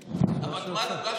כבר?